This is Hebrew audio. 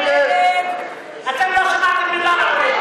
אתם לא שמעתם מילה.